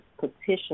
petition